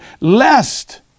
lest